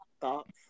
Thoughts